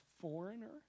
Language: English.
foreigner